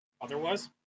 otherwise